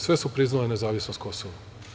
Sve su priznale nezavisnost Kosova.